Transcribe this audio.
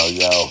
yo